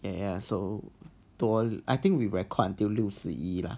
ya so 多 I think we record until 六十一 lah